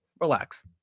relax